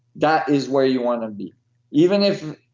that is where you want to be even if.